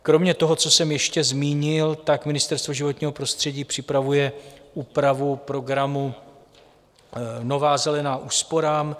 Kromě toho, co jsem ještě zmínil, Ministerstvo životního prostředí připravuje úpravu programu Nová zelená úsporám.